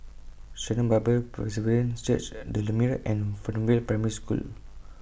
Sharon Bible Presbyterian Church The Lumiere and Fernvale Primary School